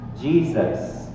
Jesus